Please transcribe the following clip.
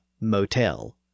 motel